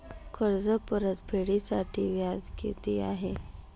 कर्ज परतफेडीसाठी व्याज किती आहे?